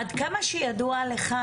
עד כמה שידוע לך,